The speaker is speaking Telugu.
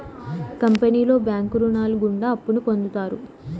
కంపెనీలో బ్యాంకు రుణాలు గుండా అప్పును పొందుతారు